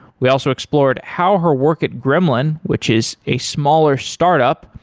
we also explored how her work at gremlin, which is a smaller startup,